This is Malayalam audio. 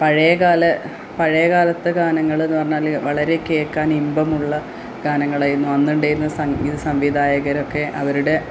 പഴയ കാല പഴയകാലത്തെ ഗാനങ്ങളെന്നു പറഞ്ഞാൽ വളരെ കേൾക്കാൻ ഇമ്പമുള്ള ഗാനങ്ങളായിരുന്നു അന്നുണ്ടായിരുന്നത് സംഗീത സംവിധായകരൊക്കെ അവരുടെ